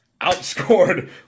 outscored